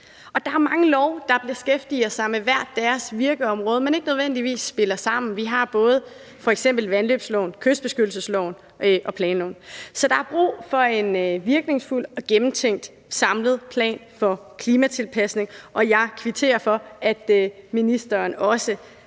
Og der er mange love, der beskæftiger sig med hver deres virkeområde, men ikke nødvendigvis spiller sammen. Vi har f.eks. både vandløbsloven, kystbeskyttelsesloven og planloven. Så der er brug for en virkningsfuld og gennemtænkt samlet plan for klimatilpasning, og jeg kvitterer for, at ministeren også